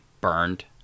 burned